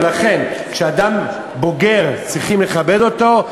ולכן, כשאדם בוגר, צריכים לכבד אותו.